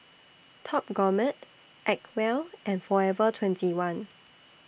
Top Gourmet Acwell and Forever twenty one